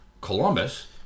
Columbus